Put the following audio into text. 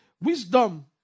Wisdom